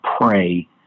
pray